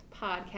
podcast